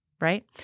right